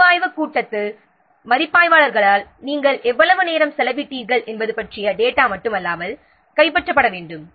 மறுஆய்வு கூட்டத்தில் மதிப்பாய்வாளர்களால் நாம் எவ்வளவு நேரம் செலவிட்டீர்கள் என்பது பற்றிய டேட்டா மட்டுமல்லாமல் கைப்பற்றப்பட வேண்டும்